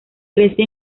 crece